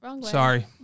sorry